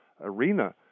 arena